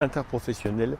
interprofessionnel